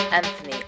Anthony